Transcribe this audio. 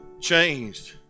changed